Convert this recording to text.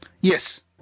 Yes